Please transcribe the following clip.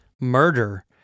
murder